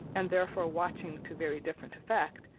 and therefore watching to very different effect,